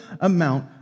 amount